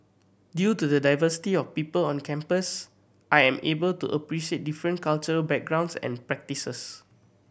due to the diversity of people on campus I am able to appreciate different cultural backgrounds and practices